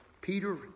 Peter